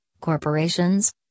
corporations